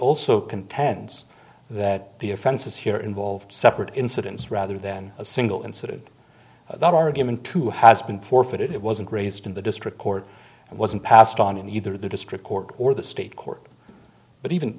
also contends that the offenses here involved separate incidents rather than a single incident that argument too has been forfeited it wasn't raised in the district court and wasn't passed on in either the district court or the state court but even